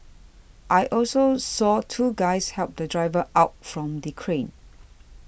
I also saw two guys help the driver out from the crane